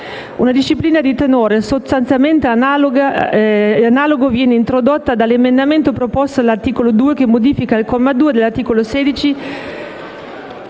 Una disciplina di tenore sostanzialmente analogo viene introdotta dall'emendamento proposto all'articolo 2, che modifica il comma 2 dell'articolo 16